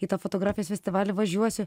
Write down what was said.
į tą fotografijos festivalį važiuosiu